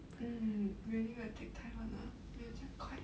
mm really will take time [one] lah 没有这样快